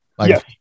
Yes